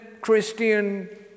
Christian